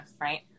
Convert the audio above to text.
right